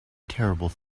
terrible